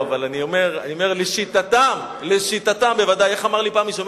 אבל אני אומר, לשיטתם, איך אמר לי פעם מישהו?